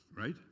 right